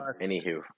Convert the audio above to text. Anywho